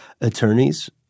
attorneys